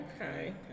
okay